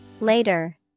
Later